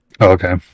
okay